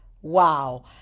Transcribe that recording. wow